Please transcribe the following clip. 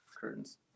curtains